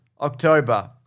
October